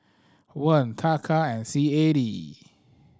Won Taka and C A D